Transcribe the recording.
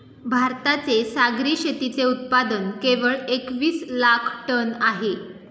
भारताचे सागरी शेतीचे उत्पादन केवळ एकवीस लाख टन आहे